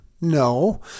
No